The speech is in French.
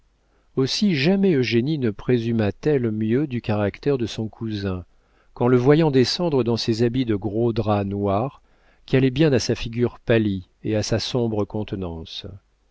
aussi jamais eugénie ne présuma t elle mieux du caractère de son cousin qu'en le voyant descendre dans ses habits de gros drap noir qui allaient bien à sa figure pâlie et à sa sombre contenance